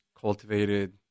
cultivated